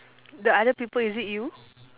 the other people is it you